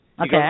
Okay